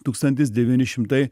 tūkstantis devyni šimtai